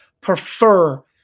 Prefer